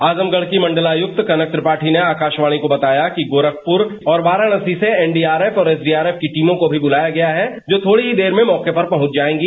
आजमगढ़ की मंडल आयुक्त कनक त्रिपाठी ने आकाशवाणी को बताया कि गोरखपुर और वाराणसी से एनडीआरएफ और एसडीआरएफ की टीमों को बुलाया गया है जो थोड़ी ही देर में मौके पर पहुंच जाएंगी